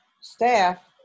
staff